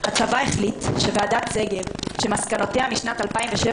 הצבא החליט שמסקנות ועדת שגב משנת 2007,